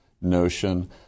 notion